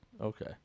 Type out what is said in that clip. okay